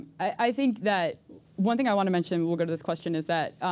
i think that one thing i want to mention and we'll go to this question is that